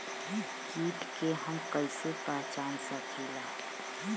कीट के हम कईसे पहचान सकीला